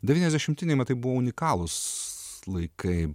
devyniasdešimtieji metai buvo unikalūs laikai